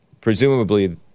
presumably